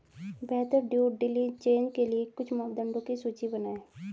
बेहतर due diligence के लिए कुछ मापदंडों की सूची बनाएं?